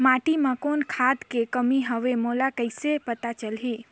माटी मे कौन खाद के कमी हवे मोला कइसे पता चलही?